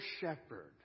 shepherd